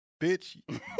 bitch